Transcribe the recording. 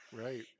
Right